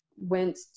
went